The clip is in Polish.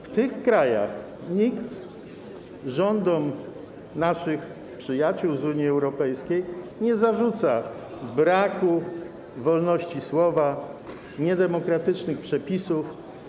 W tych krajach nikt rządom naszych przyjaciół z Unii Europejskiej nie zarzuca braku wolności słowa, niedemokratycznych przepisów.